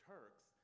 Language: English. Turks